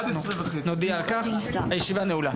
הישיבה נעולה.